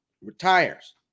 retires